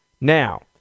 Now